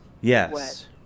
Yes